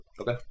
Okay